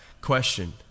question